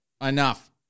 enough